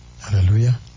Hallelujah